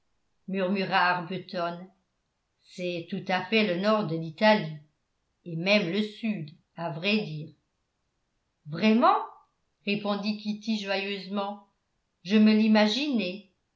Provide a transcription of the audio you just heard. murmura arbuton c'est tout à fait le nord de l'italie et même le sud à vrai dire vraiment répondit kitty joyeusement je me l'imaginais